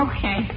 Okay